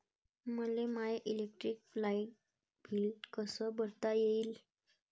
मले माय electric light bill कस भरता येईल?